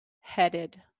headed